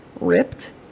ripped